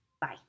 Bye